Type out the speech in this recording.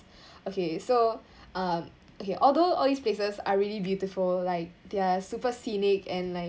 okay so um okay although all these places are really beautiful like they're super scenic and like